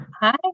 Hi